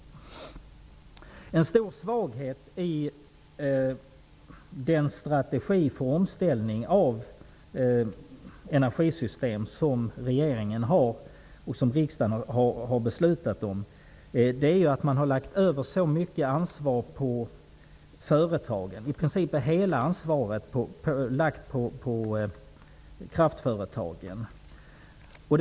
En stor svaghet i den strategi för omställning av energisystem som regeringen har och som riksdagen har beslutat om, är att man har lagt över så mycket ansvar på kraftföretagen -- i princip har hela ansvaret lagts på dem.